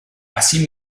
así